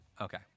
Okay